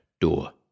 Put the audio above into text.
door